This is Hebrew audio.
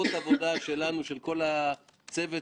שאני דחפתי אותו כל הזמן בוועדה,